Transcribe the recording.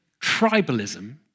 tribalism